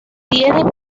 tiene